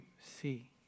see